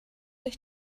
ich